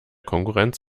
konkurrenz